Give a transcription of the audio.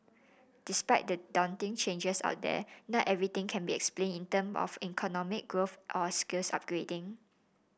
despite the daunting changes out there not everything can be explained in term of economic growth or skills upgrading